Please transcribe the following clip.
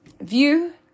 view